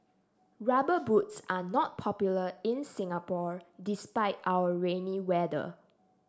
rubber boots are not popular in Singapore despite our rainy weather